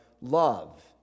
love